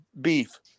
beef